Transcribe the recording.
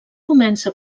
comença